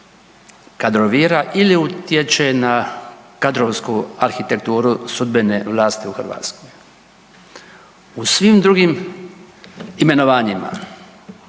kadrovira ili utječe na kadrovsku arhitekturu sudbene vlasti u Hrvatskoj. U svim drugim imenovanjima,